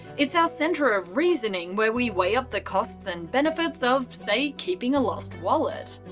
it's our centre of reasoning, where we weigh up the costs and benefits of, say, keeping a lost wallet.